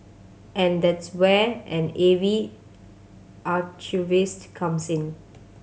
and that's where an A V archivist comes in